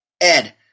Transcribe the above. Ed